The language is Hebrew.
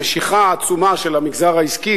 במשיכה העצומה של המגזר העסקי,